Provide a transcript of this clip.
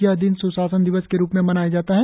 यह दिन स्शासन दिवस के रूप में मनाया जाता है